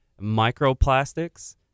microplastics